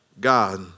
God